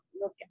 look